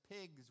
pigs